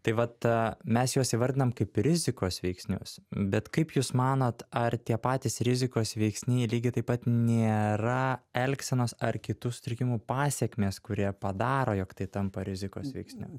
tai vat mes juos įvardinam kaip rizikos veiksnius bet kaip jūs manot ar tie patys rizikos veiksniai lygiai taip pat nėra elgsenos ar kitų sutrikimų pasekmės kurie padaro jog tai tampa rizikos veiksniu